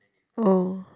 oh